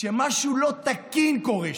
שמשהו לא תקין קורה שם,